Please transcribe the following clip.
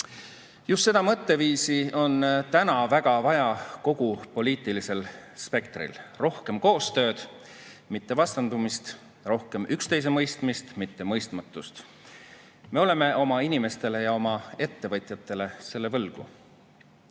Just seda mõtteviisi on täna väga vaja kogu poliitilisel spektril: rohkem koostööd, mitte vastandumist, rohkem üksteisemõistmist, mitte mõistmatust. Me oleme oma inimestele ja oma ettevõtjatele selle võlgu. Tõsi